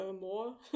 more